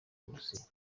burusiya